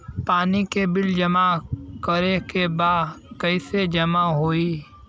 पानी के बिल जमा करे के बा कैसे जमा होई?